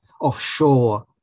offshore